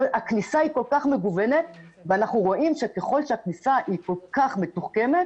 הכניסה היא כל כך מגוונת ואנחנו רואים שככל שהכניסה היא כל כך מתוחכמת,